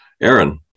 Aaron